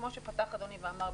כמו שפתח אדוני ואמר,